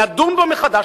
נדון בו מחדש.